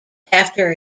after